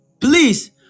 please